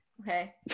Okay